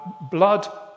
Blood